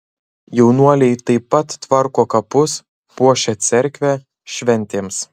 jaunuoliai taip pat tvarko kapus puošia cerkvę šventėms